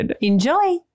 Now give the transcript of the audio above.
Enjoy